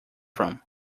from